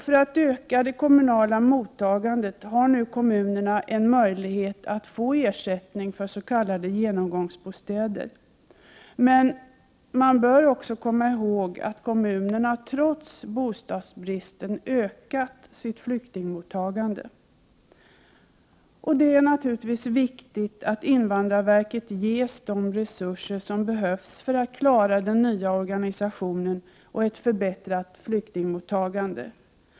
För att öka det kommunala mottagandet har nu kommunerna en möjlighet att få ersättning för s.k. genomgångsbostäder. Det bör också sägas att kommunerna trots bostadsbristen har ökat sitt flyktingmottagande. Det är naturligtvis viktigt att invandrarverket ges de resurser som behövs för att klara den nya organisationen och ett förbättrat flyktingmottagande.